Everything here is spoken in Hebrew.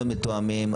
הסטנדרטים מתואמים,